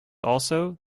also